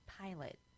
pilot